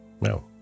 No